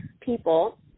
people